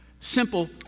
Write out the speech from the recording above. Simple